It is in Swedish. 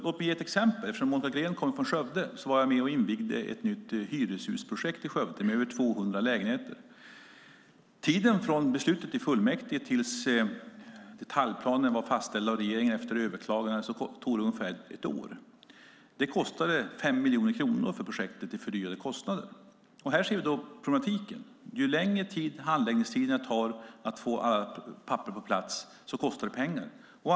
Låt mig ge ett exempel eftersom Monica Green kommer från Skövde. Jag var med och invigde ett nytt hyreshusprojekt i Skövde med över 200 lägenheter. Tiden från beslutet i fullmäktige till dess att detaljplanen var fastställd av regeringen efter överklagande var ungefär ett år. Det innebar 5 miljoner i fördyrade kostnader för projektet. Här ser vi problematiken: Ju längre tid handläggningen tar att få alla papper på plats, desto mer pengar kostar det.